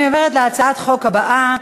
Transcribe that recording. אני עוברת להצעת החוק הבאה,